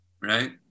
Right